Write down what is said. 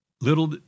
Little